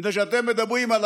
מפני שאתם מדברים על